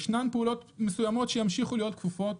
ישנן פעולות מסוימות שימשיכו להיות כפופות